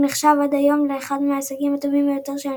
והוא נחשב עד היום לאחד מהישגיה הטובים ביותר של הנבחרת.